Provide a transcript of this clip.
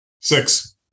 Six